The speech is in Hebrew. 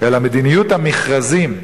אלא מדיניות המכרזים,